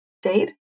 date